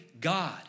God